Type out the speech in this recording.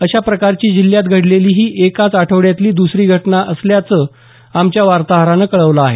अशा प्रकारची जिल्ह्यात घडलेली ही एकाच आठवड्यातली दुसरी घटना असल्याचं आमच्या वार्ताहरानं कळवलं आहे